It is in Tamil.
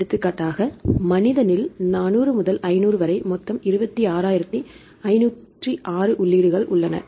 எடுத்துக்காட்டாக மனிதனில் 400 முதல் 500 வரை மொத்தம் 26506 உள்ளீடுகள் உள்ளன